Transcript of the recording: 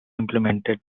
implemented